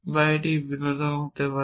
বা এটি বিনোদন হতে পারে